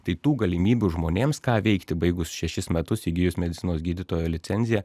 tai tų galimybių žmonėms ką veikti baigus šešis metus įgijus medicinos gydytojo licenziją